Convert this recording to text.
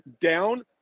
down